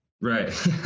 Right